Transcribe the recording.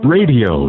Radio